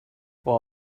were